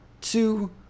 two